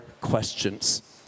questions